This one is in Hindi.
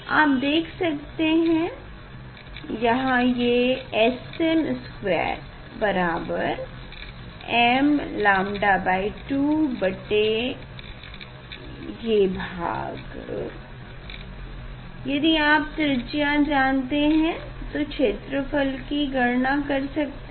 आप देख सकते है यहाँ ये Sm2 बराबर m𝞴2 बटे ये भाग यदि आप त्रिज्या जानते हैं तो क्षेत्रफल की गणना कर सकते हैं